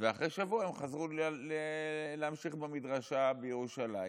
אחרי שבוע הם חזרו להמשיך במדרשה בירושלים